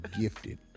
gifted